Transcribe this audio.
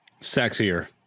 sexier